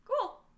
Cool